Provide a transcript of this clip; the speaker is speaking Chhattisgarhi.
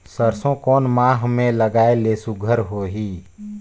सरसो कोन माह मे लगाय ले सुघ्घर होही?